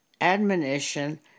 admonition